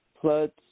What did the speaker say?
floods